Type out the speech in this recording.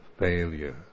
failure